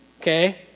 Okay